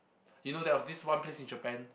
you know there was this one place in Japan